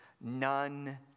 none